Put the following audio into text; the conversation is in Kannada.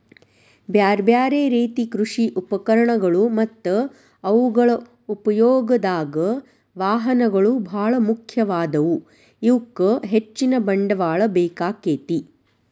ಬ್ಯಾರ್ಬ್ಯಾರೇ ರೇತಿ ಕೃಷಿ ಉಪಕರಣಗಳು ಮತ್ತ ಅವುಗಳ ಉಪಯೋಗದಾಗ, ವಾಹನಗಳು ಬಾಳ ಮುಖ್ಯವಾದವು, ಇವಕ್ಕ ಹೆಚ್ಚಿನ ಬಂಡವಾಳ ಬೇಕಾಕ್ಕೆತಿ